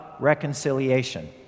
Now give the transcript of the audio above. reconciliation